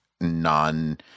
non